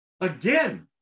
Again